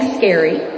scary